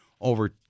over